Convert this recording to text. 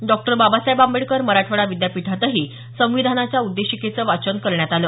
डॉ बाबासाहेब आंबेडकर मराठवाडा विद्यापीठातही संविधानाच्या उद्देशिकेचं वाचन करण्यात आलं